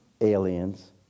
aliens